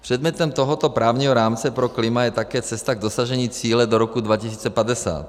Předmětem tohoto právního rámce pro klima je také cesta k dosažení cíle do roku 2050.